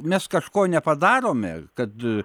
mes kažko nepadarome kad